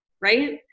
right